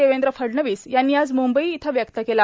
देवेंद्र फडणवीस यांनी आज म्ंबई इथं व्यक्त केला